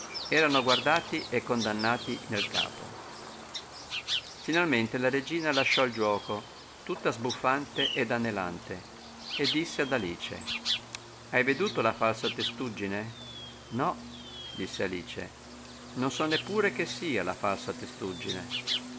erano guardati e condannati nel capo finalmente la regina lasciò il giuoco tutta sbuffante ed anelante e disse ad alice hai veduto la falsa testuggine nò disse alice non so neppure che sia la falsa testuggine